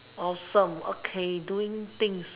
awesome okay doing things